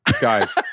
guys